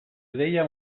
ideia